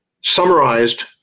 summarized